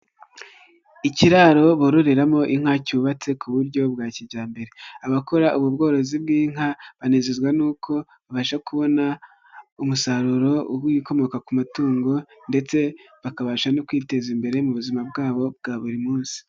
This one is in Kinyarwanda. Ikiraro bororeramo inka cyubatse ku buryo bwa kijyambere, abakora ubu bworozi bw'inka banezezwa n'uko babasha kubona umusaruro w'ibikomoka ku matungo ndetse bakabasha no kwiteza imbere, mu buzima bwabo bwa buri munsi.